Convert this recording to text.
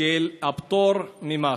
של הפטור ממס,